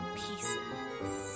pieces